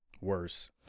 worse